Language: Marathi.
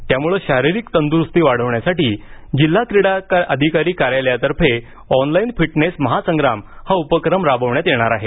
यामुळे शारीरिक तंदुरुस्ती वाढवण्यासाठी जिल्हा क्रीडा अधिकारी कार्यालयातर्फे ऑनलाइन फिटनेस महासंग्राम हा उपक्रम राबवण्यात येणार आहे